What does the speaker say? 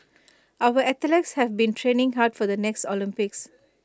our athletes have been training hard for the next Olympics